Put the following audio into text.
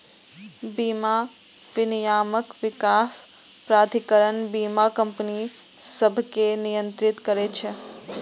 बीमा विनियामक विकास प्राधिकरण बीमा कंपनी सभकें नियंत्रित करै छै